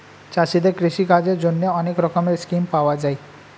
চাষীদের কৃষি কাজের জন্যে অনেক রকমের স্কিম পাওয়া যায়